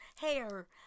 hair